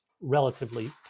relatively